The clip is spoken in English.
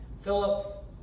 Philip